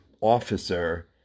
officer